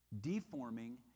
deforming